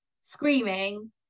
screaming